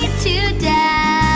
to doubt